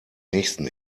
nächsten